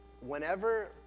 whenever